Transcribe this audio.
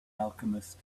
alchemist